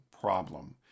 problem